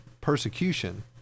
persecution